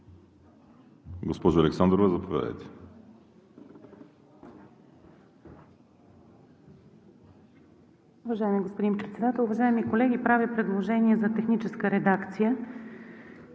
Госпожо Александрова, заповядайте.